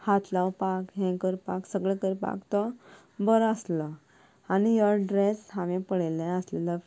हात लावपाक हें करपाक सगळें करपाक तो बरो आसलो आनी हो ड्रेस हांवें पळयलो आसलेलो